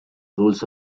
rules